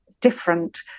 different